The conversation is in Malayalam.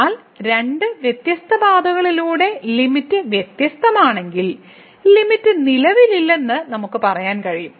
എന്നാൽ രണ്ട് വ്യത്യസ്ത പാതകളിലൂടെ ലിമിറ്റ് വ്യത്യസ്തമാണെങ്കിൽ ലിമിറ്റ് നിലവിലില്ലെന്ന് നമുക്ക് പറയാൻ കഴിയും